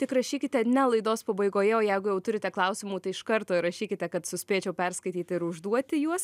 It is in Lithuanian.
tik rašykite ne laidos pabaigoje o jeigu jau turite klausimų tai iš karto ir rašykite kad suspėčiau perskaityti ir užduoti juos